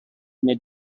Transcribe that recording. may